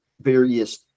various